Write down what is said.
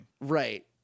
Right